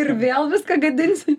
ir vėl viską gadinsi